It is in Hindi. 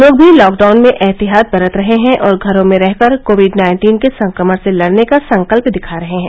लोग भी लॉकडाउन में एहतियात बरत रहे हैं और घरों में रहकर कोविड नाइन्टीन के संक्रमण से लडने का संकल्प दिखा रहे हैं